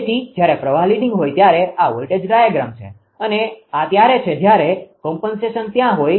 તેથી જ્યારે પ્રવાહ લીડીંગ હોય ત્યારે આ વોલ્ટેજ ડાયાગ્રામ છે અને આ ત્યારે છે જયારે કોમ્પનસેશન ત્યાં હોય